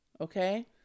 Okay